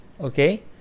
Okay